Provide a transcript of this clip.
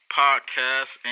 podcast